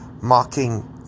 mocking